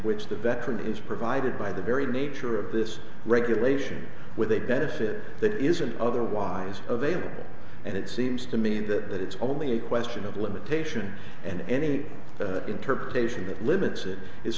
which the veteran is provided by the very nature of this regulation with a benefit that isn't otherwise available and it seems to me that that it's only a question of limitation and any interpretation that limits i